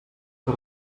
que